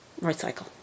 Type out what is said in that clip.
recycle